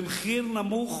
במחיר נמוך